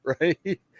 right